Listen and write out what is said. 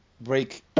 break